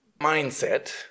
mindset